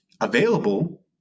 available